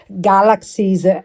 galaxies